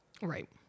right